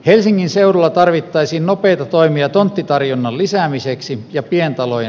helsingin seudulla tarvittaisiin nopeita toimia tonttitarjonnan lisäämiseksi ja pientaloja